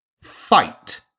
fight